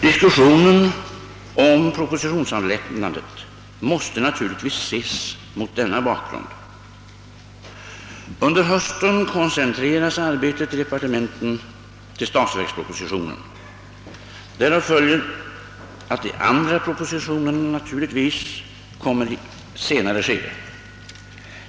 Diskussionen om propositionsavlämnandet måste naturligtvis ses mot denna bakgrund. Under hösten koncentreras arbetet i departementen till statsverkspropositionen. Därav följer att de andra propositionerna naturligtvis kommer i ett senare skede.